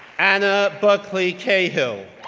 anna buckley cahill,